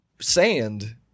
Sand